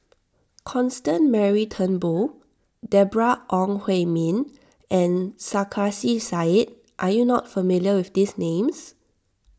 Constance Mary Turnbull Deborah Ong Hui Min and Sarkasi Said are you not familiar with these names